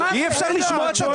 שנייה, אי אפשר לשמוע את התשובות.